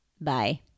Bye